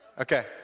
Okay